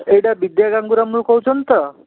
ଏଇଟା ଦିବ୍ୟା ଗାଙ୍ଗୁରାମରୁ କହୁଛନ୍ତି ତ